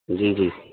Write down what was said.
جی جی